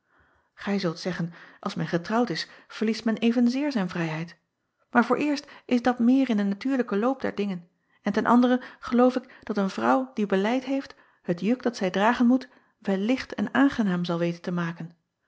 ij zult zeggen als men getrouwd is verliest men evenzeer zijn vrijheid maar vooreerst is dat meer in den natuurlijken loop der dingen en ten andere geloof ik dat een vrouw die beleid heeft het juk dat zij dragen moet wel licht en aangenaam zal weten te maken